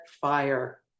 fire